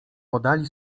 podali